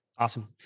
Awesome